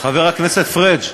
חבר הכנסת פריג',